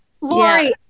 Lori